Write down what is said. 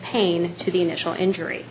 pain to the initial injury